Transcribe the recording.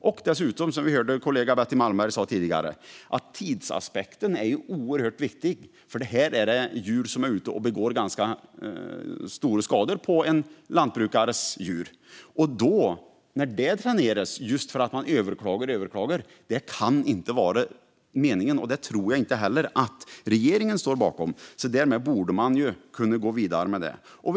Och som vi hörde Betty Malmberg säga tidigare är tidsaspekten oerhört viktig, för det här är djur som gör ganska stor skada på en lantbrukares djur. Att det då försenas, just för att man överklagar och överklagar, kan inte vara meningen, och det tror jag inte heller att regeringen står bakom. Därför borde man kunna gå vidare med detta.